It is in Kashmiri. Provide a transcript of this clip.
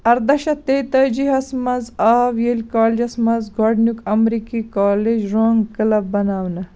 ارداہ شیٚتھ تیتٲجِی ہَس منٛز آو ییلہِ کالجس منٛز گۄڈٕنیُک امریکی کالج رونٛگ کلب بناونہٕ